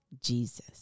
Jesus